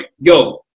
yo